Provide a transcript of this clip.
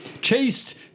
chased